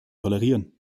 tolerieren